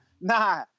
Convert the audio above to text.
nah